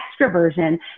extroversion